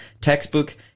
textbook